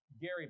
Gary